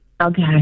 Okay